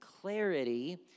clarity